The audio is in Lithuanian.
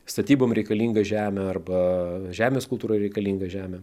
statybom reikalingą žemę arba žemės kultūrai reikalingą žemę